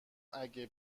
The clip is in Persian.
اگه